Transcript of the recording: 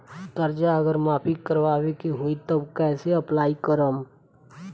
कर्जा अगर माफी करवावे के होई तब कैसे अप्लाई करम?